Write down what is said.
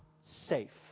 safe